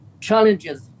challenges